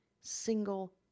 single